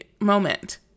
moment